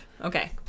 Okay